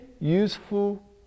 useful